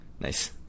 Nice